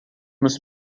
nos